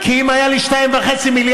כי אם היו לי 2.5 מיליארד,